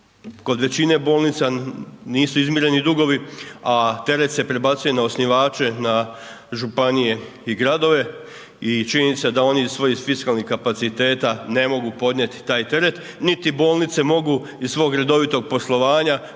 kod većina bolnica nisu izmireni dugovi a teret se prebacuje na osnivače, na županije i gradove i činjenica da oni iz svojih fiskalnih kapaciteta ne mogu podnijeti taj teret niti bolnice mogu iz svog redovitog poslovanja